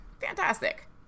Fantastic